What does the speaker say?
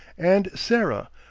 and sarah,